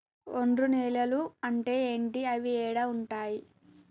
ఒండ్రు నేలలు అంటే ఏంటి? అవి ఏడ ఉంటాయి?